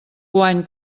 guany